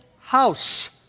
house